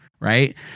Right